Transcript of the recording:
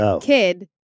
kid